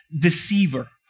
deceiver